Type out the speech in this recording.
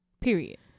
Period